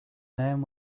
name